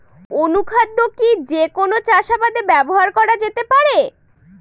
অনুখাদ্য কি যে কোন চাষাবাদে ব্যবহার করা যেতে পারে?